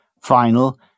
final